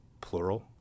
plural